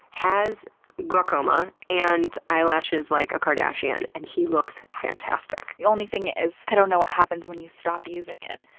has glaucoma and eyelashes like a kardashian, and and he looks fantastic. the only thing is i don't know what happens when you stop using it.